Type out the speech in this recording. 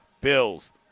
Bills